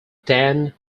dan